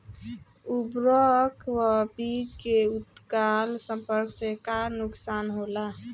उर्वरक व बीज के तत्काल संपर्क से का नुकसान होला?